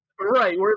Right